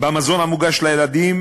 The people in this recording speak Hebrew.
במזון המוגש לילדים,